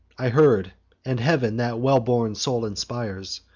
i heard and heav'n, that well-born souls inspires,